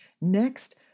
Next